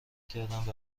کردم